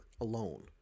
alone